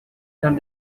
dan